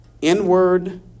inward